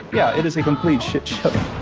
yeah, it is a complete shit-show.